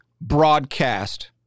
broadcast